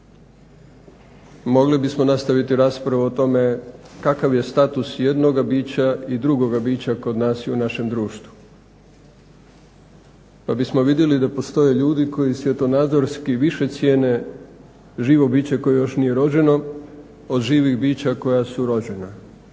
Mogli bismo nastaviti raspravu o tome kakav je status jednoga bića i drugoga bića kod nas i u našem društvu pa bismo vidjeli da postoje ljudi koji svjetonazorski više cijene živo biće koje još nije rođeno od živih bića koja su rođena.